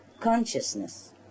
consciousness